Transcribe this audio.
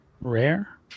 Rare